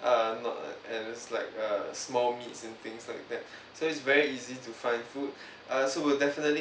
err not a~ and it's like a small meats and things like that so it's very easy to find food uh so we'll definitely